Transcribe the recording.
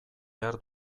behar